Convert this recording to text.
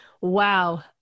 Wow